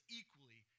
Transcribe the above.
equally